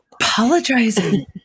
apologizing